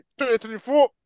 2024